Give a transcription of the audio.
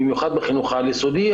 במיוחד בחינוך העל יסודי,